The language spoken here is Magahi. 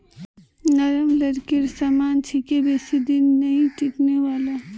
नरम लकड़ीर सामान छिके बेसी दिन नइ टिकने वाला